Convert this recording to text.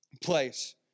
place